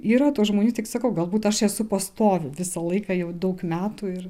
yra tų žmonių tik sakau galbūt aš esu pastovi visą laiką jau daug metų ir